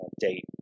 date